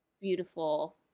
beautiful